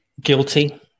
guilty